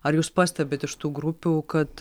ar jūs pastebit iš tų grupių kad